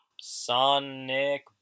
Sonic